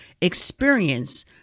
experience